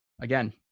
Again